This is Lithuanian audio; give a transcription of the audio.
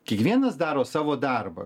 kiekvienas daro savo darbą